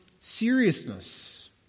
seriousness